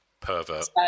pervert